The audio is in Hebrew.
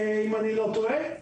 אם אני לא טועה.